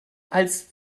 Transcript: als